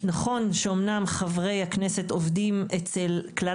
נכון שאמנם חברי הכנסת עובדים אצל כלל